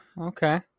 Okay